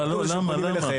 למה, למה?